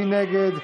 מי נגד?